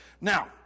Now